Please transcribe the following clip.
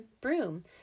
broom